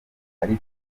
ari